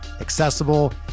accessible